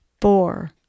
four